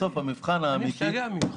אני משתגע ממך.